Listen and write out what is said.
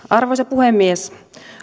arvoisa puhemies